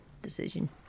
Decision